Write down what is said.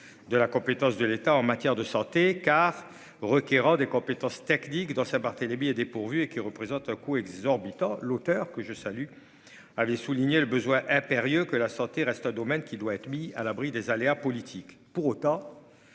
de la compétence de l'État en matière de santé car requérant des compétences techniques dans Saint Barthélémy et dépourvu et qui représente un coût exorbitant. L'auteur que je salue. Avait souligné le besoin impérieux que la santé reste un domaine qui doit être mis à l'abri des aléas politiques